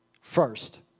first